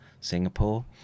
Singapore